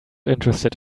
interested